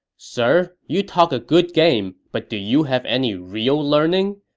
sir, you talk a good game, but do you have any real learning?